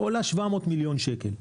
היא עולה 700 מיליון שקל.